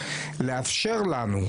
לאפשר לנו,